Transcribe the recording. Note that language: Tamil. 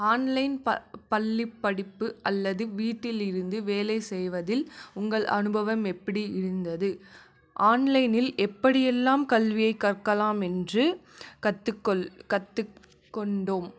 ஆன்லைன் பள்ளி படிப்பு அல்லது வீட்டிலிருந்து வேலை செய்வதில் உங்கள் அனுபவம் எப்படி இருந்தது ஆன்லைனில் எப்படி எல்லாம் கல்வியை கற்கலாம் என்று கற்றுக்கொள் கற்று கொண்டோம்